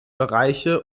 bereiche